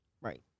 Right